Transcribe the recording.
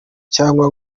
cyangwa